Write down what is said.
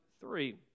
three